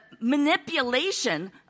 manipulation